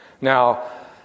Now